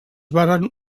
varen